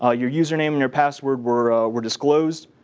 ah your username, and your password were ah were disclosed.